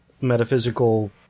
metaphysical